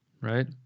right